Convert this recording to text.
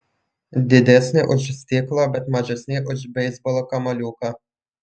didesni už stiklo bet mažesni už beisbolo kamuoliuką